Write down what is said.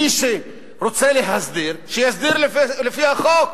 מי שרוצה להסדיר, שיסדיר לפי החוק,